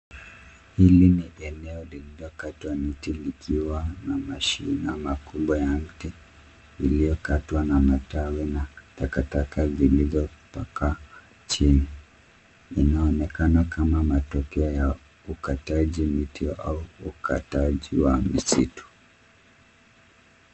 Hili ni eneo lililokatwa miti likiwa na mashina makubwa ya mti iliyokatwa na matawi na takataka zilizotapakaa chini. Inaonekana kama matokeo ya ukataji miti au ukataji wa misitu.